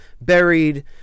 buried